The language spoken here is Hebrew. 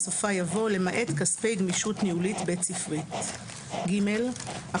בסופה יבוא "למעט כספי גמישות ניהולית בית ספרית;"; אחרי